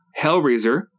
Hellraiser